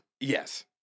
Yes